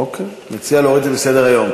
אוקיי, מציע להוריד את זה מסדר-היום.